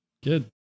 Good